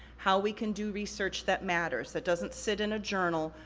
how we can do research that matters, that doesn't sit in a journal,